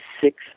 six